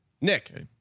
Nick